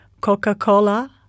Coca-Cola